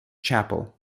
chapel